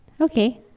Okay